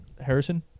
Harrison